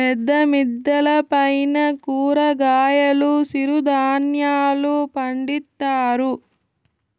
పెద్ద మిద్దెల పైన కూరగాయలు సిరుధాన్యాలు పండిత్తారు